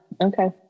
Okay